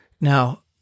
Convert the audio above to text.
Now